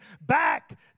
back